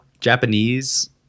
Japanese